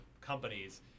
companies